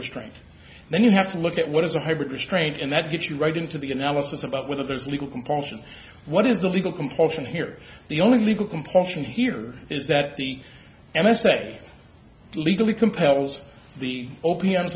restraint then you have to look at what is a hybrid restraint and that gets you right into the analysis about whether there's legal compulsion what is the legal compulsion here the only legal compulsion here is that the n s a legally compels the o